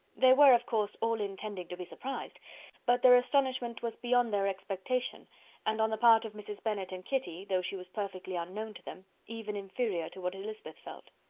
they were of course all intending to be surprised but their astonishment was beyond their expectation and on the part of mrs. bennet and kitty, though she was perfectly unknown to them, even inferior to what elizabeth felt.